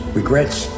regrets